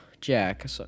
Jack